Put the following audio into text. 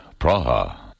Praha